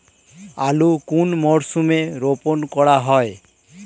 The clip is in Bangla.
আলু কোন মরশুমে রোপণ করা হয়?